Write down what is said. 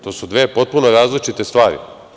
To su dve potpuno različite stvari.